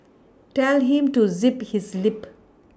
tell him to zip his lip